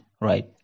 right